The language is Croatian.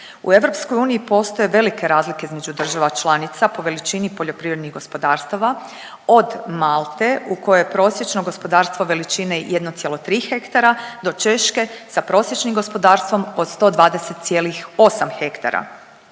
U EU postoje velike razlike između država članica po veličini poljoprivrednih gospodarstava od Malte u kojoj je prosječno gospodarstvo veličine 1,3 hektara do Češke sa prosječnim gospodarstvom od 120,8 hektara.